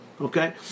Okay